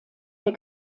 der